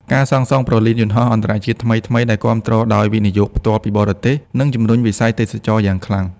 ការសាងសង់ព្រលានយន្តហោះអន្តរជាតិថ្មីៗ ដែលគាំទ្រដោយ វិនិយោគផ្ទាល់ពីបរទេស នឹងជម្រុញវិស័យទេសចរណ៍យ៉ាងខ្លាំង។